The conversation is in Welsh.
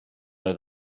oedd